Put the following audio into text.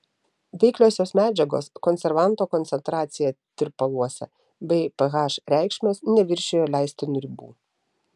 veikliosios medžiagos konservanto koncentracija tirpaluose bei ph reikšmės neviršijo leistinų ribų